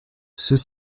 ceux